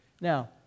Now